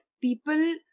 people